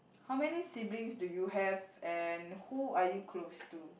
how many siblings do you have and who are you close to